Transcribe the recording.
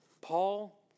Paul